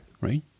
right